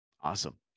Awesome